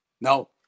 No